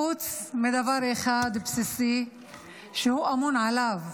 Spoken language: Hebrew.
חוץ מדבר אחד בסיסי שהוא אמון עליו,